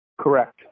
Correct